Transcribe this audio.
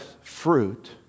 fruit